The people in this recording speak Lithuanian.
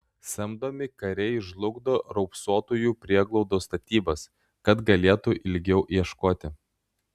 samdomi kariai žlugdo raupsuotųjų prieglaudos statybas kad galėtų ilgiau ieškoti